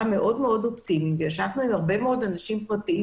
היינו אופטימיים וישבנו עם כל מיני מציעי פתרונות,